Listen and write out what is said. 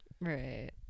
right